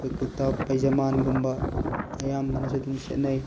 ꯑꯩꯈꯣꯏ ꯀꯨꯔꯇꯥ ꯄꯥꯏꯖꯃꯥꯟꯒꯨꯝꯕ ꯑꯌꯥꯝꯕꯅ ꯁꯤ ꯑꯗꯨꯝ ꯁꯦꯠꯅꯩ